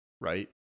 right